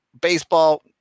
baseball